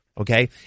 okay